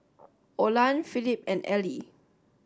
Olan Philip and Elie